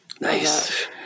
nice